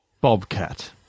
Bobcat